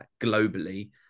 globally